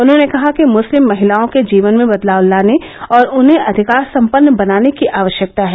उन्होंने कहा कि मुस्लिम महिलाओं के जीवन में बदलाव लाने और उन्हें अधिकार सम्पन्न बनाने की आवश्यकता है